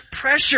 pressure